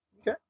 Okay